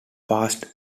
paced